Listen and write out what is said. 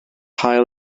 haul